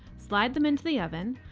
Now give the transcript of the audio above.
slide them into the oven.